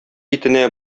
итенә